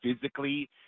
physically –